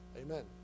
Amen